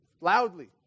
loudly